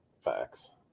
facts